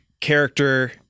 character